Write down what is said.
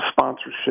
sponsorship